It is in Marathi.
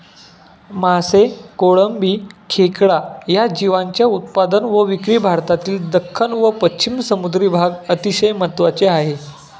मासे, कोळंबी, खेकडा या जीवांच्या उत्पादन व विक्री भारतातील दख्खन व पश्चिम समुद्री भाग अतिशय महत्त्वाचे आहे